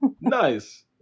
Nice